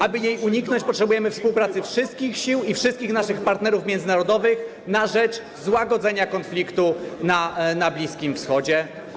Aby jej uniknąć, potrzebujemy współpracy wszystkich sił i wszystkich naszych partnerów międzynarodowych na rzecz złagodzenia konfliktu na Bliskim Wschodzie.